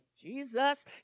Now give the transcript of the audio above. Jesus